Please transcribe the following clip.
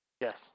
Yes